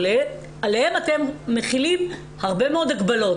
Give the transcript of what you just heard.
עליהם אתם מחילים הרבה מאוד הגבלות.